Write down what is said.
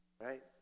right